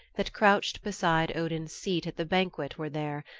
that crouched beside odin's seat at the banquet, were there,